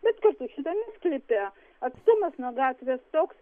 bet kartu šitame sklype atstumas nuo gatvės toks